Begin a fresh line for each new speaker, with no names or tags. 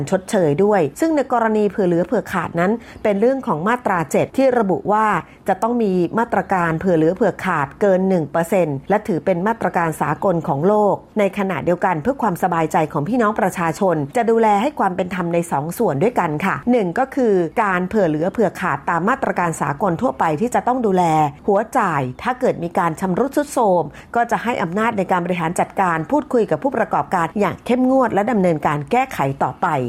ชดเชยด้วย ซึ่งในกรณีเผื่อเหลือเผื่อขาดนั้นเป็นเรื่องของมาตราเจ็ดที่ระบุว่าจะต้องมีมาตรการเผื่อเหลือเผื่อขาดเกิน 1% และถือเป็นมาตรการสากลของโลก ในขณะเดียวกันเพื่อความสบายใจของพี่น้องประชาชนจะดูแลให้ความเป็นธรรมในสองส่วนด้วยกันค่ะ หนึ่งก็คือการเผื่อเหลือเผื่อขาดตามมาตรการสากลทั่วไปที่จะต้องดูแลหัวจ่าย ถ้าเกิดมีการชำรุดทรุดโทรมก็จะให้อำนาจในการบริหารจัดการพูดคุยกับผู้ประกอบการอย่างเข้มงวดและดำเนินการแก้ไขต่อไป